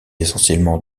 essentiellement